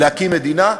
להקים מדינה,